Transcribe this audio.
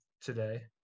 today